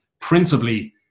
Principally